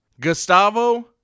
Gustavo